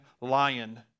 lion